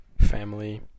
family